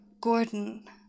Gordon